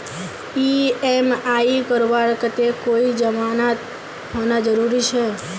EMI करवार केते कोई जमानत होना जरूरी छे?